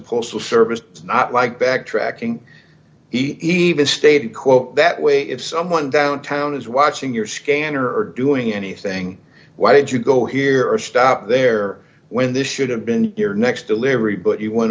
postal service is not like backtracking even stated quote that way if someone downtown is watching your scanner or doing anything why did you go here or stop there when this should have been your next delivery but you went